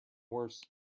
worse